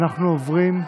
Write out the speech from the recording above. איתן,